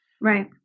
Right